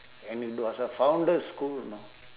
and it was a founder school know